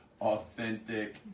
Authentic